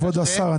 כבוד השר,